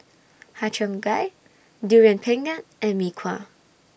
Har Cheong Gai Durian Pengat and Mee Kuah